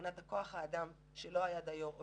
מבחינת כוח האדם שלא היה דיו או